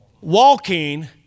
walking